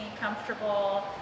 comfortable